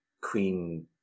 queen